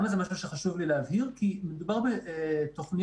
חשוב לי להבהיר את זה כי מדובר בתוכניות